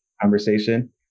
conversation